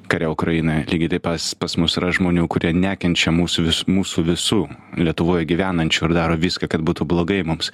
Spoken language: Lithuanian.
kare ukrainoje lygiai taip pas pas mus yra žmonių kurie nekenčia mūsų vis mūsų visų lietuvoje gyvenančių ir daro viską kad būtų blogai mums